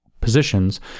positions